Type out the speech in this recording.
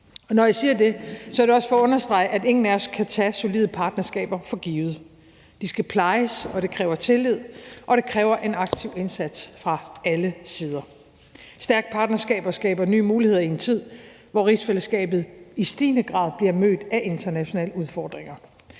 Når jeg siger det, er det også for at understrege, at ingen af os kan tage solide partnerskaber for givet. De skal plejes, og det kræver tillid, og det kræver en aktiv indsats fra alle sider. Stærke partnerskaber skaber nye muligheder i en tid, hvor rigsfællesskabet i stigende bliver mødt af internationale udfordringer,